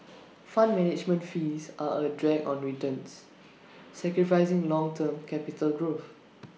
fund management fees are A drag on returns sacrificing long term capital growth